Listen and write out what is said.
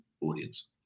audience